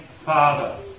father